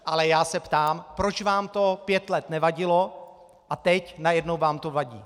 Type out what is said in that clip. Ale já se ptám, proč vám to pět let nevadilo a teď najednou vám to vadí.